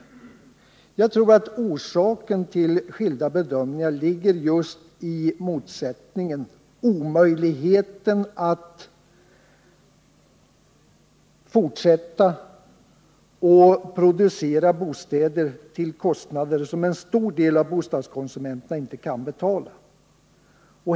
Jag tror att orsaken till de skilda bedömningarna ligger just i motsättningen och omöjligheten att fortsätta att producera bostäder till kostnader som en stor del av bostadskonsumenterna inte kan betala.